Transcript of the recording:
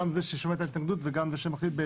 גם זה ששומע את ההתנגדות וגם זה שמחליט,